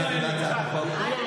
מה אתה עשית חוץ מלצעוק פה?